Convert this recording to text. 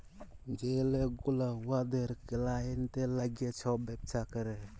যে লক গুলা উয়াদের কালাইয়েল্টের ল্যাইগে ছব ব্যবসা ক্যরে